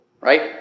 right